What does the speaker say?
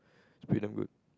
it's pretty damn good